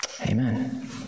Amen